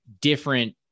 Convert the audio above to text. different